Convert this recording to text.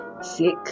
sick